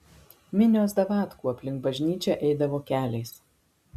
minios davatkų aplink bažnyčią eidavo keliais